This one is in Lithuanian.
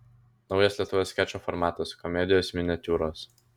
naujas lietuvoje skečo formatas komedijos miniatiūros